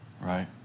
Right